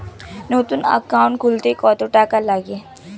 নতুন একাউন্ট খুলতে কত টাকা লাগে?